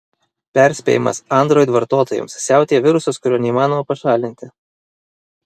perspėjimas android vartotojams siautėja virusas kurio neįmanoma pašalinti